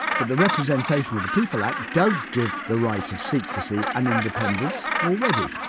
but the representation of the people act does give the right of secrecy and independence already.